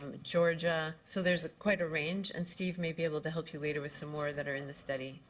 georgia. so there's quite a range. and steve may be able to help you later with some more that are in the study.